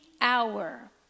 hour